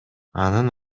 анын